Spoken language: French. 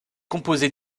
composée